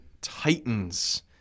Titans